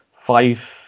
Five